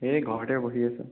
এই ঘৰতে বহি আছোঁ